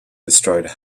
destroyed